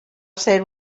ser